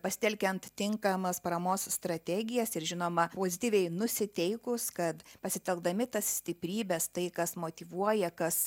pasitelkiant tinkamas paramos strategijas ir žinoma pozityviai nusiteikus kad pasitelkdami tas stiprybes tai kas motyvuoja kas